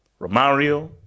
Romario